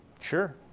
Sure